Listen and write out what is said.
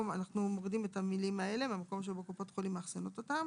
אנחנו מורידים את המילים הבאות "מהמקום שבו קופות חולים מאחסנות אותם